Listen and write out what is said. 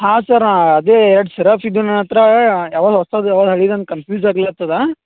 ಹಾಂ ಸರ್ ಅದೇ ಎರಡು ಸಿರಫ್ ಇದ್ದು ನನ್ನ ಹತ್ತಿರ ಯಾವಲೋ ಹೊಸಾದ್ ಯಾವು ಹಳೇದು ಅಂತ ಕನ್ಫ್ವಿಸ್ ಆಗ್ಲಿಕತ್ತದಾ